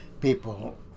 people